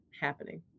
happening